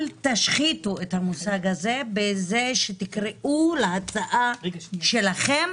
אל תשחיתו את המושג הזה בכך שתקראו להצעה שלכם